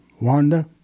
Wanda